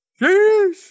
Jeez